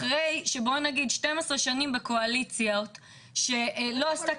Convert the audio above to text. אחרי שבוא נגיד 12 שנים בקואליציות שלא עשתה